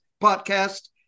podcast